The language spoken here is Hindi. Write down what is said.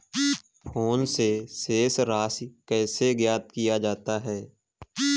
फोन से शेष राशि कैसे ज्ञात किया जाता है?